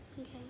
Okay